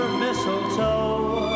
mistletoe